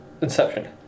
Inception